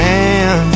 Man